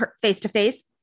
face-to-face